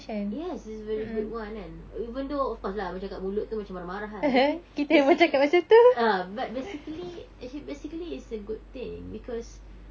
yes it's very good one kan even though of course lah macam kat mulut tu macam marah-marah kan tapi basically ah but basically actually basically it's a good thing because